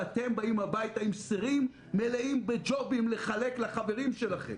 ואתם באים הביתה עם סירים מלאים בג'ובים לחלק לחברים שלכם.